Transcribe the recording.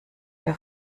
der